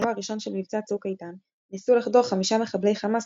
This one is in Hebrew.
יומו הראשון של מבצע צוק איתן ניסו לחדור חמישה מחבלי חמאס